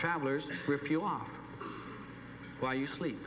travelers rip you off while you sleep